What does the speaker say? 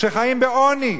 שחיים בעוני.